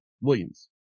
Williams